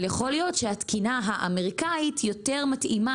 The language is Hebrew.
אבל יכול להיות שהתקינה האמריקאית יותר מתאימה